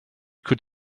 could